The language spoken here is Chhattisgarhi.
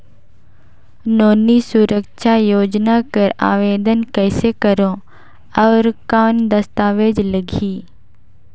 नोनी सुरक्षा योजना कर आवेदन कइसे करो? और कौन दस्तावेज लगही?